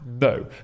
No